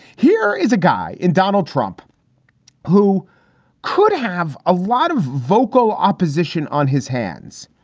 here is a guy in donald trump who could have a lot of vocal opposition on his hands.